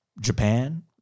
Japan